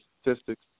statistics